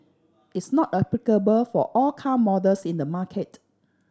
it's not applicable for all car models in the market